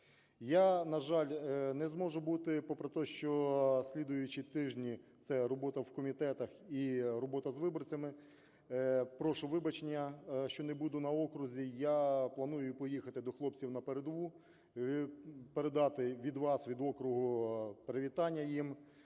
Я, на жаль, не зможу бути, попри те, що слідуючі тижні – це робота в комітетах і робота з виборцями, прошу вибачення, що не буду на окрузі. Я планую поїхати до хлопців на передову, передати від вас, від округу привітання їм,